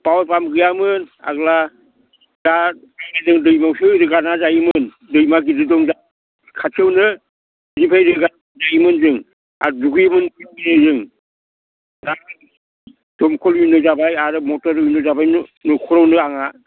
power pump गैयामोन आग्ला दा दैमायावसो ओगारना जायोमोन दैमा गिदिर दं जोंहा खाथियावनो बिनिफ्राय रोगाना जायोमोन जों आरो दुगैयोमोन बियावनो जों दा दमख'लनिनो जाबाय आरो मटरनिनो जाबाय नो नखरावनो आंहा